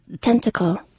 Tentacle